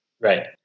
Right